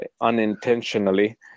unintentionally